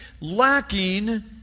lacking